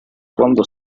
cuando